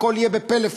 והכול יהיה בפלאפון.